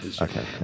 Okay